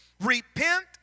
Repent